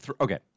okay